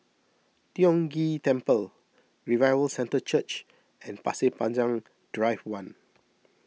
Tiong Ghee Temple Revival Centre Church and Pasir Panjang Drive one